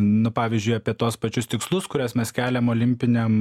nu pavyzdžiui apie tuos pačius tikslus kuriuos mes keliam olimpiniam